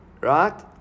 right